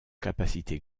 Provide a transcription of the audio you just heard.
capacité